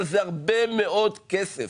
אבל זה הרבה מאוד כסף.